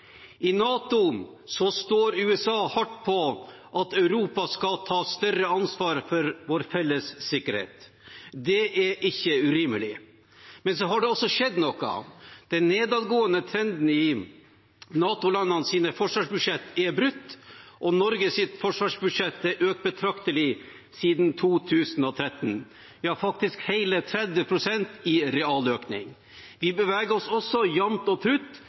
I NATO står USA hardt på at Europa skal ta et større ansvar for vår felles sikkerhet. Det er ikke urimelig. Men det har også skjedd noe. Den nedadgående trenden i NATO-landenes forsvarsbudsjetter er brutt. Norges forsvarsbudsjett er økt betraktelig siden 2013, vi har faktisk hele 30 pst. i realøkning. Vi beveger oss også jamt og trutt